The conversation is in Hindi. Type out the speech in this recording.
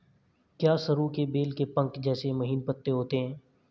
क्या सरु के बेल के पंख जैसे महीन पत्ते होते हैं?